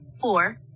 Four